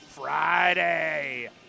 Friday